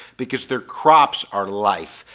because their crops are life,